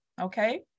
okay